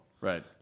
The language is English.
Right